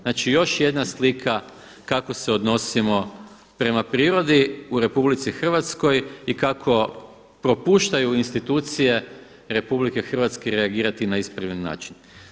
Znači još jedna slika kako se odnosimo prema prirodi u RH i kako propuštaju institucije RH reagirati na ispravan način.